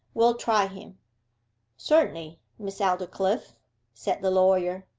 we'll try him certainly, miss aldclyffe said the lawyer.